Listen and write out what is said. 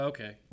Okay